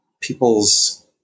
people's